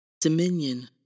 Dominion